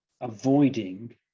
avoiding